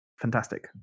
fantastic